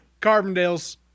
Carbondale's